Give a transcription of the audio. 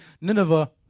Nineveh